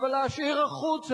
אבל להשאיר בחוץ,